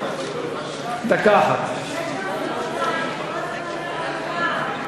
קבוצת סיעת יהדות התורה,